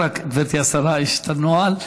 גברתי השרה, יש נוהל.